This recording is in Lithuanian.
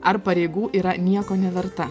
ar pareigų yra nieko neverta